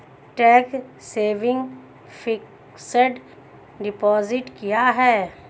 Tax saving fixed deposit क्या है?